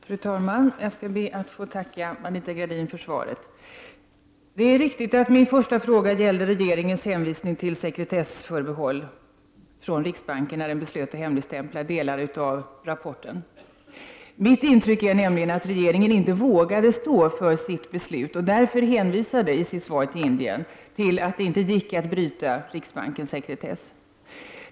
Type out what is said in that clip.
Fru talman! Jag skall be att få tacka Anita Gradin för svaret. Det är riktigt att min första fråga gällde regeringens hänvisning till sekretessförbehåll för riksbanken, när den beslöt att hemligstämpla delar av RRV:s rapport. Mitt intryck är nämligen att regeringen inte vågade stå för sitt beslut och därför hänvisade i sitt svar till Indien till att det inte gick att bryta riksbankens sekretess.